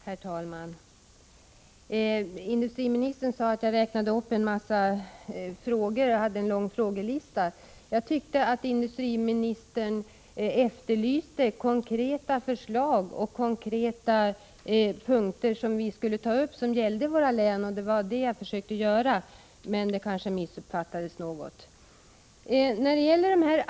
Herr talman! Industriministern sade att jag ställde en mängd frågor. Jag tyckte att industriministern efterlyste konkreta förslag och konkreta punkter som vi skulle ta upp beträffande våra län. Det var detta jag försökte göra, men det kanske missuppfattades något.